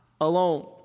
alone